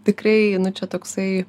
tikrai nu čia toksai